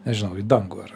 nežinau į dangų ar